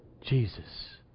Jesus